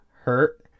hurt